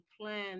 plan